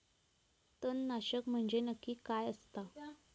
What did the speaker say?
तणनाशक म्हंजे नक्की काय असता?